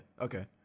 Okay